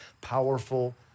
powerful